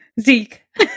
Zeke